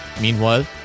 Meanwhile